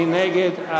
מי נגד?